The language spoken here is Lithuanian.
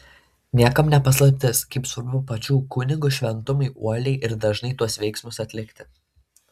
niekam ne paslaptis kaip svarbu pačių kunigų šventumui uoliai ir dažnai tuos veiksmus atlikti